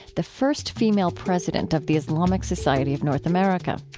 the first female president of the islamic society of north america.